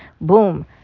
boom